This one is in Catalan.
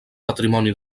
patrimoni